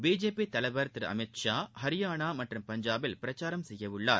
BJP தலைவர் திரு அமித் ஷா ஹரியானா மற்றும் பஞ்சாபில் பிரச்சாரம் செய்யவுள்ளார்